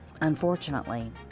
unfortunately